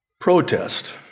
protest